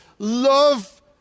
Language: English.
Love